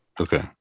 Okay